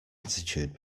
attitude